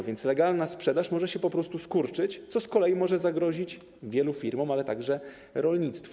A więc legalna sprzedaż może się po prostu skurczyć, co z kolei może zagrozić wielu firmom, ale także rolnictwu.